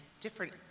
different